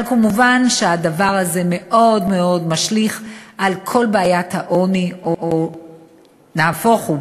אבל מובן שהדבר הזה משליך מאוד על כל בעיית העוני נהפוך הוא,